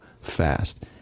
fast